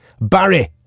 Barry